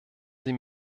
sie